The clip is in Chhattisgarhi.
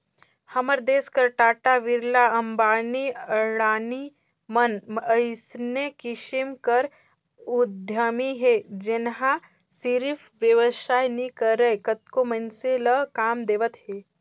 हमर देस कर टाटा, बिरला, अंबानी, अडानी मन अइसने किसिम कर उद्यमी हे जेनहा सिरिफ बेवसाय नी करय कतको मइनसे ल काम देवत हे